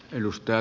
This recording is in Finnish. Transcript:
kiitos